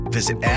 Visit